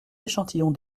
échantillons